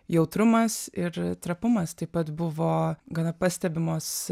jautrumas ir trapumas taip pat buvo gana pastebimos